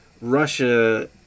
Russia